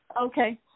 Okay